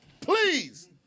Please